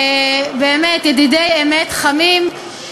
ידידי אמת חמים,